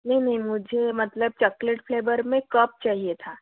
नहीं नहीं मुझे मतलब चकलेट फ़्लेवर में कप चाहिए था